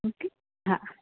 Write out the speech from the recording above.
okay હા